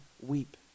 weep